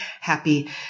happy